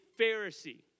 Pharisee